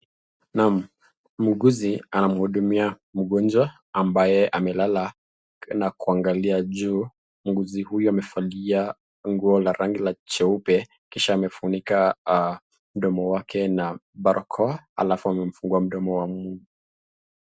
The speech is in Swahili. Naam muuguzi anaudumia mgonjwa ambaye amelala na kuangalia juu, muuguzi huyu amefalia nguo ya rangi cheupe kisha amefunika mndomo wake na barakoa alafu amemfungua mndomo wa mtu.